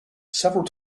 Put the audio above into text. several